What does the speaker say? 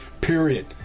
Period